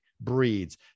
breeds